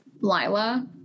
Lila